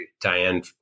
Diane